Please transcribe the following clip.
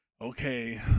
okay